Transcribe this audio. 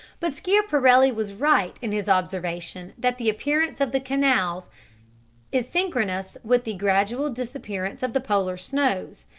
but schiaparelli was right in his observation that the appearance of the canals' is synchronous with the gradual disappearance of the polar snows,